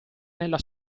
nella